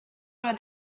were